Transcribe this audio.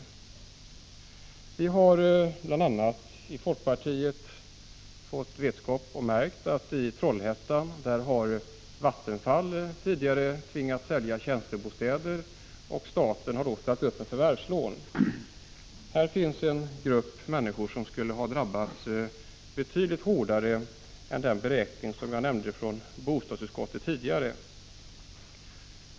Vi har i folkpartiet fått vetskap om att bl.a. i Trollhättan har Vattenfall tidigare tvingats sälja tjänstebostäder, och staten har då ställt upp med förvärvslån. Här finns en grupp människor som skulle dräbbats betydligt hårdare än vad som framgår av den beräkning jag nämnde tidigare från bostadsutskottet.